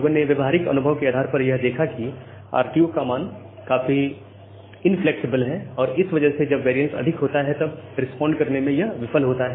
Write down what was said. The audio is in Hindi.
लोगों ने व्यावहारिक अनुभव के आधार पर यह देखा कि RTO का स्थिर मान काफी इनफ्लेक्सिबल है और इस वजह से जब वैरियन्स अधिक होता है तब यह रिस्पॉन्ड करने में विफल होता है